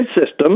system